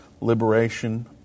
Liberation